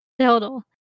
Total